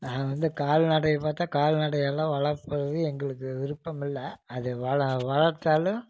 நாங்கள் வந்து கால்நடையை பார்த்தா கால்நடை எல்லாம் வளர்ப்பது எங்களுக்கு விருப்பம் இல்லை அது வள வளர்த்தாலும்